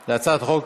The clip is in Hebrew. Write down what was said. על הצעת חוק